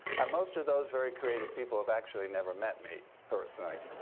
and most of those very creative people have actually never met me personally.